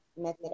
method